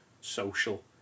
social